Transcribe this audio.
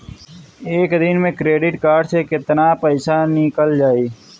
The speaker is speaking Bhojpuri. एक दिन मे क्रेडिट कार्ड से कितना पैसा निकल जाई?